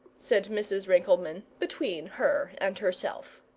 said mrs. rinkelmann, between her and herself.